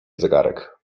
zegarek